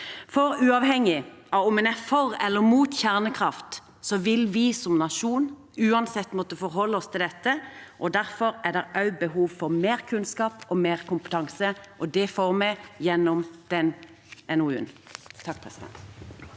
for uavhengig av om en er for eller mot kjernekraft, vil vi som nasjon uansett måtte forholde oss til dette. Derfor er det også behov for mer kunnskap og mer kompetanse, og det får vi gjennom NOU-en.